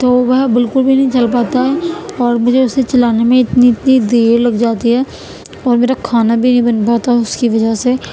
تو وہ بالکل بھی نہیں چل پاتا ہے اور مجھے اسے چلانے میں اتنی اتنی دیر لگ جاتی ہے اور میرا کھانا بھی نہیں بن پاتا اس کی وجہ سے